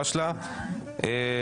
אני בעד.